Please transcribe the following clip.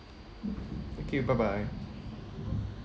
okay bye bye